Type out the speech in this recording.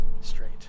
straight